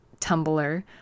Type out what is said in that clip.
Tumblr